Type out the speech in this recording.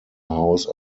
house